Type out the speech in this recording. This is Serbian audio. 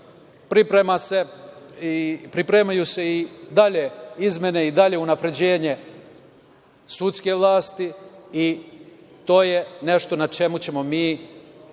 pripremaju se i dalje izmene i dalje unapređenje sudske vlasti, i to je nešto na čemu ćemo mi